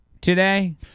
today